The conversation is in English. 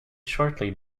shortly